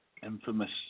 infamous